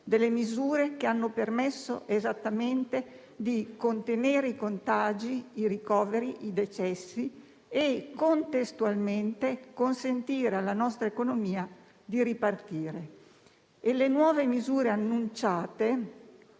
delle misure che hanno permesso concretamente di contenere i contagi, i ricoveri, i decessi e contestualmente hanno consentito alla nostra economia di ripartire. Le nuove misure annunciate